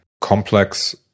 complex